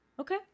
okay